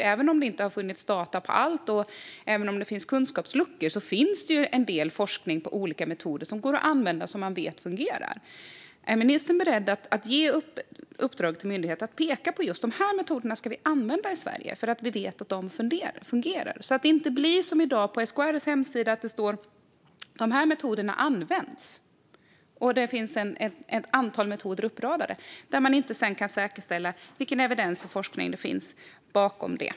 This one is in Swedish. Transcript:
Även om det inte har funnits data för allt och även om det finns kunskapsluckor finns det en del forskning om olika metoder som man vet fungerar och som kan användas. Är ministern beredd att ge uppdrag till myndigheterna att peka ut vilka metoder vi ska använda i Sverige eftersom vi vet att de fungerar? Det får inte vara som i dag att det på SKR:s hemsida finns ett antal metoder uppradade och att det står att de används, trots att man inte kan säkerställa vilken evidens och forskning som finns bakom dem.